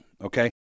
okay